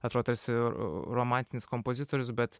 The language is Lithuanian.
atrodo tarsi romantinis kompozitorius bet